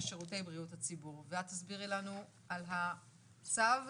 ואת תסבירי לנו על הצו,